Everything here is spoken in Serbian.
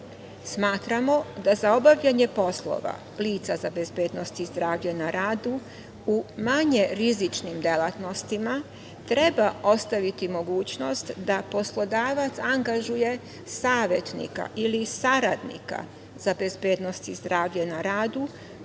radu. Smatramo da za obavljanje poslova lica za bezbednost i zdravlje na radu u manje rizičnim delatnostima treba ostaviti mogućnost da poslodavac angažuje savetnika ili saradnika za bezbednost i zdravlje na radu